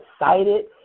excited